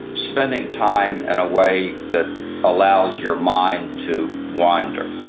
spending time in a way that allows your mind to wander.